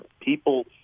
People